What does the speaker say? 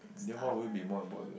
then what will it be more important